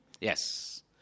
Yes